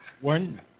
one